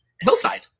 Hillside